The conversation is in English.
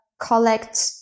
collect